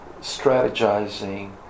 strategizing